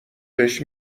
بهش